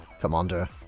Commander